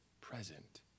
present